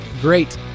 great